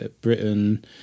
Britain